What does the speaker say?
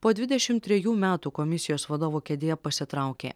po dvidešim trejų metų komisijos vadovo kėdėje pasitraukė